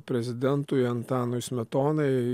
prezidentui antanui smetonai